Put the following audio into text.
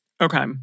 Okay